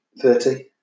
Thirty